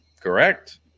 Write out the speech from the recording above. correct